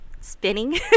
spinning